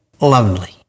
lonely